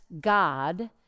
God